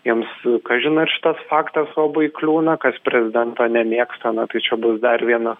jiems kažin ar šitas faktas labai kliūna kas prezidento nemėgsta na tai čia bus dar viena